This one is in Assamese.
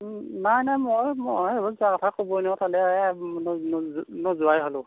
নাই নাই মই এইবোৰ যোৱা কথা ক'বই নোৱাৰো তালৈ নোযোৱাই হ'লোঁ